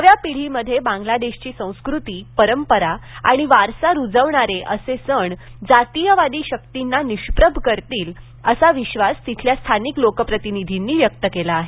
नव्या पिढीमध्ये बांगलादेशची संस्कृती परंपरा आणि वारसा रुजवणारे असे सण जातीयवादी शक्तींना निष्प्रभ करतील असा विश्वास तिथल्या स्थानिक लोकप्रतिनिधींनी व्यक्त केला आहे